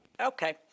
Okay